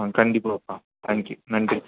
ஆ கண்டிப்பாப்பா thank you நன்றி